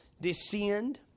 descend